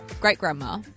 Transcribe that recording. great-grandma